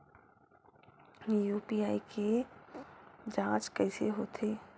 UPI के के जांच कइसे होथे?